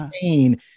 pain